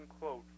quote